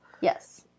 Yes